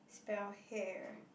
spell hair